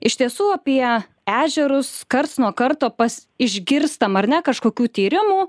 iš tiesų apie ežerus karts nuo karto pas išgirstam ar ne kažkokių tyrimų